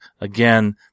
Again